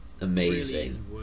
amazing